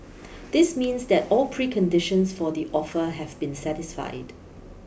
this means that all preconditions for the offer have been satisfied